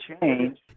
change